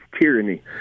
Tyranny